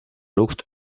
looked